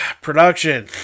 Production